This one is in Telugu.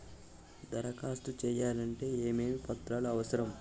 దరఖాస్తు చేయాలంటే ఏమేమి పత్రాలు అవసరం?